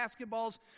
basketballs